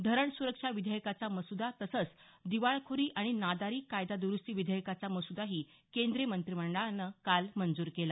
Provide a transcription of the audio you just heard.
धरण सुरक्षा विधेयकाचा मसूदा तसंच दिवाळखोरी आणि नादारी कायदा दुरुस्ती विधेयकाचा मसूदाही केंद्रीय मंत्रिमंडळानं काल मंजूर केला